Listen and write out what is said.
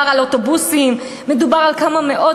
וודאי לא מדובר על אוטובוסים, מדובר על כמה מאות